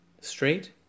straight